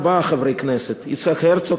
ארבעה חברי כנסת: יצחק הרצוג,